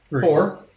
four